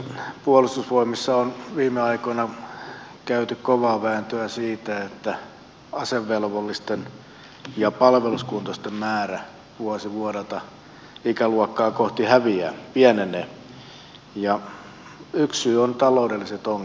puolustusvoimissa on viime aikoina käyty kovaa vääntöä siitä että asevelvollisten ja palveluskuntoisten määrä vuosi vuodelta ikäluokkaa kohti häviää pienenee ja yksi syy on taloudelliset ongelmat